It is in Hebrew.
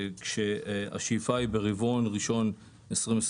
כשהשאיפה היא ברבעון ראשון 2024,